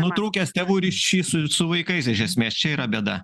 nutrūkęs tėvų ryšys su vaikais iš esmės čia yra bėda